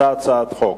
אותה הצעת חוק.